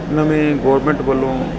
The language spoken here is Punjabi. ਨਵੇਂ ਗੌਰਮਿੰਟ ਵੱਲੋਂ